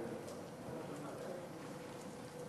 ההצעה להעביר את הצעת חוק דמי מחלה (היעדרות בשל מחלת